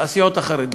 הסיעות החרדיות.